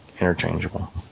interchangeable